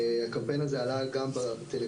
הקמפיין הזה עלה גם בטלויזיה,